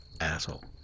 asshole